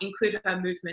includehermovement